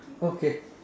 okay